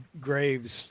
graves